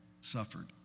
suffered